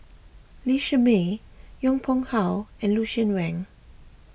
Lee Shermay Yong Pung How and Lucien Wang